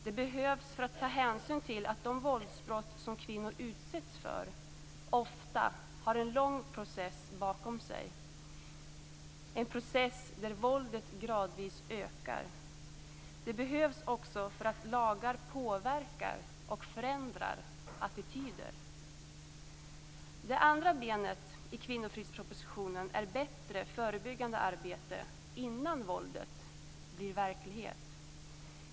Det behövs för att ta hänsyn till att de våldsbrott som kvinnor utsätts för ofta har en lång process bakom sig - en process där våldet gradvis ökar. Det behövs också för att lagar påverkar och förändrar attityder. Det andra benet i kvinnofridspropositionen är bättre förebyggande arbete innan våldet blir verklighet.